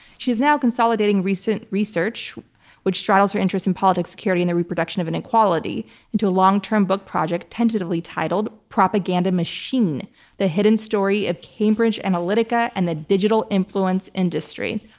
she is now consolidating recent research which straddles her interests in politics, security, and the reproduction of inequality into a long-term book project tentatively titled propaganda machine the hidden story of cambridge analytica and the digital influence industry.